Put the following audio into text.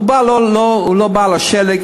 הוא לא בא לשלג,